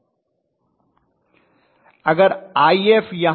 professor अगर If यहाँ है